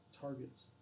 targets